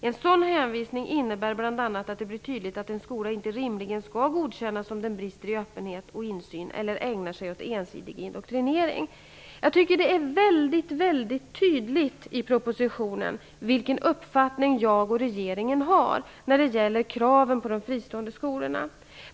En sådan hänvisning innebär bl.a. att det blir tydligt att en skola inte rimligen skall godkännas om den brister i öppenhet och insyn eller ägnar sig åt ensidig indoktrinering.'' Det framgår mycket tydligt av propositionen vilken uppfattning jag och regeringen har när det gäller kraven på de fristående skolorna.